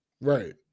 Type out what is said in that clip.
Right